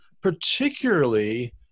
particularly